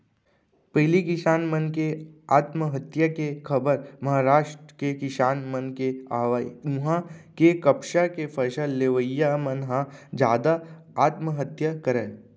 पहिली किसान मन के आत्महत्या के खबर महारास्ट के किसान मन के आवय उहां के कपसा के फसल लेवइया मन ह जादा आत्महत्या करय